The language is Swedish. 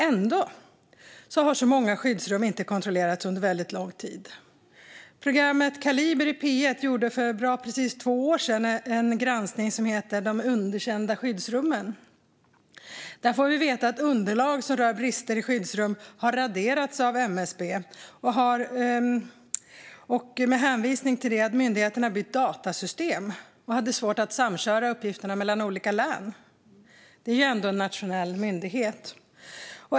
Ändå har så många skyddsrum inte kontrollerats under väldigt lång tid. Programmet Kaliber i P1 gjorde för precis två år sedan en granskning som hette "De underkända skyddsrummen". Där fick vi veta att underlag som rör brister i skyddsrum har raderats av MSB med hänvisning till att myndigheten har bytt datasystem och hade svårt att samköra uppgifter från olika län. Detta är ändå en nationell myndighet.